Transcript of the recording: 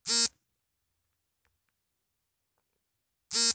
ಕಪ್ಪು ಮಣ್ಣಿನಲ್ಲಿ ಜೋಳವನ್ನು ಬೆಳೆಯಬಹುದೇ?